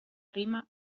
rima